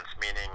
meaning